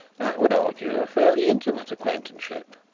that would argue a fairly intimate acquaintanceship.